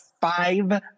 five